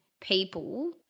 people